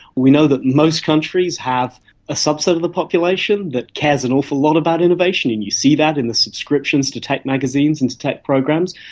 we know that most countries have a subset of the population that cares an awful lot about innovation, and you see that in the subscriptions to tech magazines and to tech programs.